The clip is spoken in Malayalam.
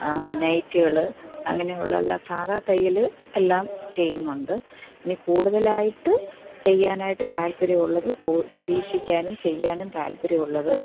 നൈറ്റികൾ അങ്ങനെയുള്ള എല്ലാ സാധാ തയ്യൽ എല്ലാം ചെയ്യുന്നുണ്ട് ഇനി കൂടുതലായിട്ട് ചെയ്യാനായിട്ട് താല്പ്പര്യമുള്ളത് പരീക്ഷിക്കാനും ചെയ്യാനും താല്പ്പര്യമുള്ളത്